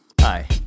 Hi